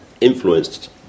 influenced